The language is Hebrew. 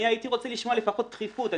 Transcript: הייתי רוצה לשמוע לפחות דחיפות.